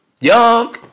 Young